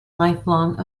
lifelong